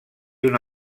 una